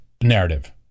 narrative